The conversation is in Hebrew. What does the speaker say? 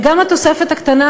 גם התוספת הקטנה